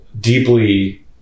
deeply